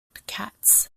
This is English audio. wildcats